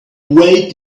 weight